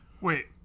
Wait